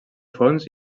fons